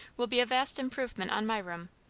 will be a vast improvement on my room.